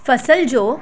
फ़सल जो